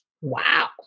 wow